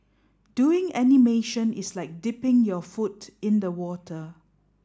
doing animation is like dipping your foot in the water